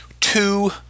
two